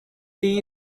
tea